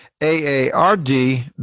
a-a-r-d